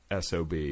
SOB